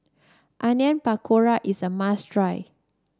Onion Pakora is a must try